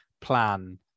plan